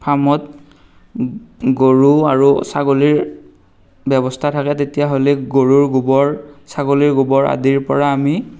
ফাৰ্মত গৰু আৰু ছাগলীৰ ব্যৱস্থা থাকে তেতিয়াহ'লে গৰুৰ গোবৰ ছাগলীৰ গোবৰ আদিৰ পৰা আমি